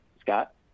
Scott